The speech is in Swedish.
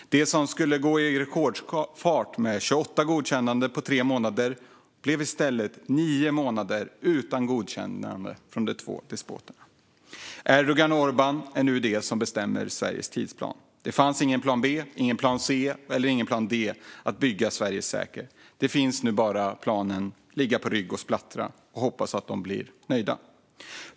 Det som skulle gå i rekordfart, med 28 godkännanden på tre månader, blev i stället nio månader utan godkännande från de två despoterna. Erdogan och Orbán är nu de som bestämmer Sveriges tidsplan. Det fanns ingen plan B, C eller D för att bygga Sveriges säkerhet. Den enda plan som nu finns är att ligga på rygg och sprattla och hoppas att de blir nöjda.